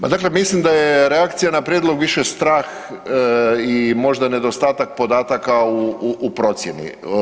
Pa dakle mislim da je reakcija na prijedlog više strah i možda nedostatak podataka u procjeni.